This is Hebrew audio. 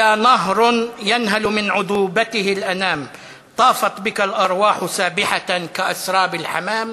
התרבות והספורט בעקבות דיון מהיר בהצעת חברי הכנסת מאיר כהן,